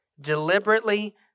deliberately